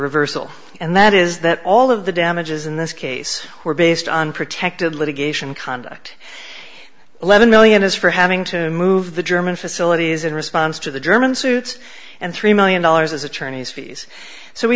reversal and that is that all of the damages in this case were based on protected litigation conduct eleven million is for having to move the german facilities in response to the german suits and three million dollars as attorneys fees so we